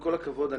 כל הכבוד,